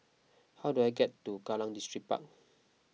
how do I get to Kallang Distripark